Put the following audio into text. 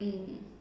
mm